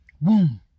Boom